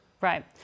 Right